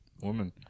Woman